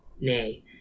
Nay